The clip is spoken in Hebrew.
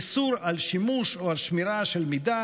איסור שימוש במידע או על שמירה של מידע